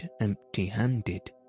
empty-handed